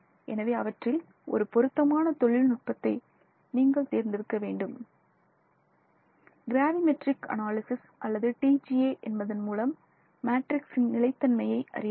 எனவே அவற்றில் ஒரு பொருத்தமான தொழில்நுட்பத்தை நீங்கள் தேர்ந்தெடுக்க வேண்டும் கிராவி மெட்ரிக் அனாலிசிஸ் அல்லது TGA என்பதன் மூலம் மேட்ரிக்ஸ் நிலைத்தன்மையை அறியலாம்